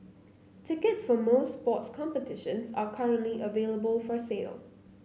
tickets for most sports competitions are currently available for sale